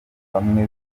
bamwe